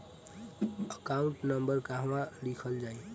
Account number कहवा लिखल जाइ?